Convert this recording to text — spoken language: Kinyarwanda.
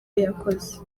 yakoze